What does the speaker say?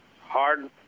Hard